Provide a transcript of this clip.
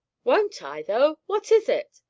won't i, though! what is it?